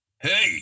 Hey